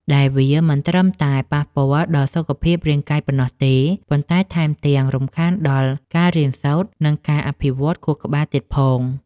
ដែលវាមិនត្រឹមតែប៉ះពាល់ដល់សុខភាពរាងកាយប៉ុណ្ណោះទេ ប៉ុន្តែថែមទាំងរំខានដល់ការរៀនសូត្រ និងការអភិវឌ្ឍខួរក្បាលទៀតផង។